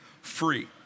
free